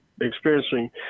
experiencing